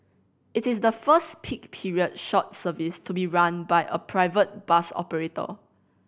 it is the first peak period short service to be run by a private bus operator